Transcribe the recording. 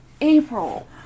April